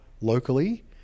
locally